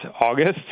August